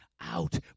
out